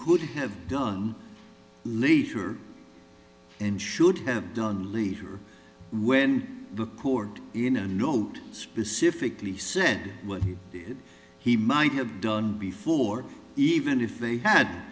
could have done leisure and should have done leader when the court in a note specifically said what he did he might have done before even if they had